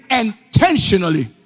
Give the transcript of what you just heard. intentionally